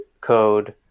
code